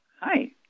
Hi